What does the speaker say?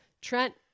Trent